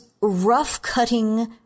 rough-cutting